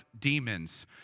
demons